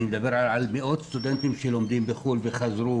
אני מדבר על מאות סטודנטים שלומדים בחו"ל וחזרו